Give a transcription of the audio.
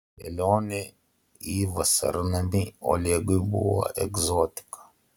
kelionė į vasarnamį olegui buvo egzotika